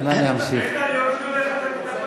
רק לא בוז'י, רק לא ביבי במרכז.